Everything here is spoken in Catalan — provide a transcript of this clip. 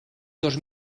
dos